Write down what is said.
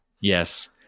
Yes